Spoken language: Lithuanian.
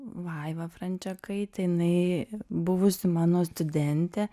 vaiva frančiakaite jinai buvusi mano studentė